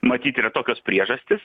matyt yra tokios priežastys